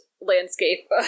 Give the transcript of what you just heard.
landscape